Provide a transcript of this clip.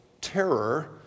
terror